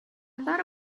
thought